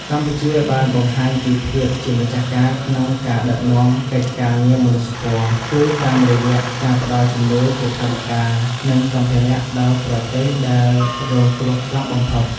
កម្ពុជាបានបង្ហាញពីភាពជាម្ចាស់ការក្នុងការដឹកនាំកិច្ចការងារមនុស្សធម៌ គឺតាមរយៈការផ្តល់ជំនួយជាថវិកា និងសម្ភារៈដល់ប្រទេសដែលរងគ្រោះខ្លាំងបំផុត។